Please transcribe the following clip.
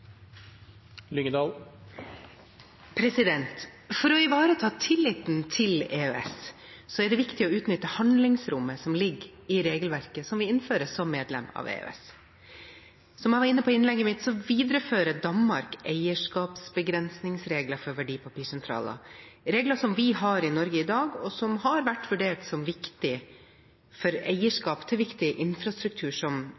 For å ivareta tilliten til EØS er det viktig å utnytte handlingsrommet som ligger i regelverket som vi innfører som medlem av EØS. Som jeg var inne på i innlegget mitt, viderefører Danmark eierskapsbegrensningsregler for verdipapirsentraler – regler som vi har i Norge i dag, og som har vært vurdert som viktige for